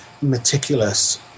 meticulous